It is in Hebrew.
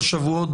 בשבועות,